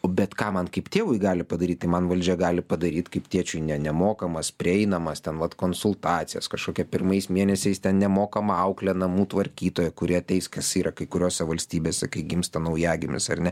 bet kam man kaip tėvui gali padaryt tai man valdžia gali padaryt kaip tėčiui ne nemokamas prieinamas ten vat konsultacijas kažkokia pirmais mėnesiais ten nemokama auklė namų tvarkytoja kuri ateis kas yra kai kuriose valstybėse kai gimsta naujagimis ar ne